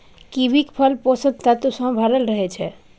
कीवीक फल पोषक तत्व सं भरल रहै छै